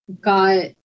got